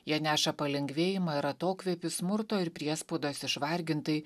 jie neša palengvėjimą ir atokvėpį smurto ir priespaudos išvargintai